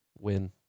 win